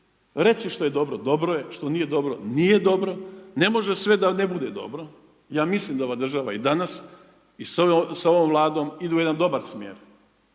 reći što je dobro dobro je, što nije dobro nije dobro. Ne može sve da ne bude dobro. Ja mislim da ova država i danas i sa ovom Vladom ide u jedan dobar smjer.